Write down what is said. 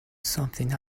something